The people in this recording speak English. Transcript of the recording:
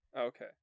Okay